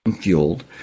fueled